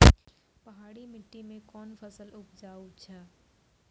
पहाड़ी मिट्टी मैं कौन फसल उपजाऊ छ?